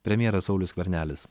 premjeras saulius skvernelis